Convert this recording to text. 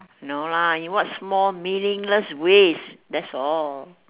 no lah in what small meaningless ways that's all